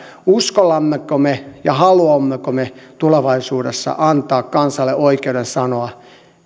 uskallammeko me ja haluammeko me tulevaisuudessa antaa kansalle oikeuden sanoa